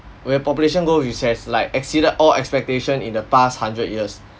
where population growth which has like exceeded all expectation in the past hundred years